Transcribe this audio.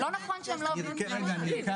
הם כן עובדים.